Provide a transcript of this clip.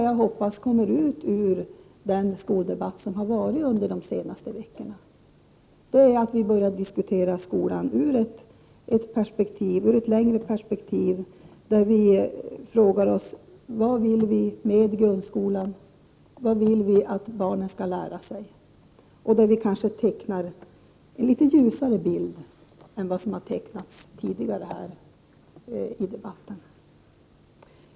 Jag hoppas att resultatet av den skoldebatt som har förts under de senaste veckorna bli att vi börjar diskutera skolan ur ett längre tidsperspektiv och att vi frågar oss vad vi vill att barnen skall lära sig och vad vi vill med grundskolan. Vi borde kanske också ge en litet ljusare bild än den som tidigare har tecknats här i debatten.